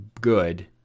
good